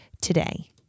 today